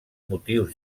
motius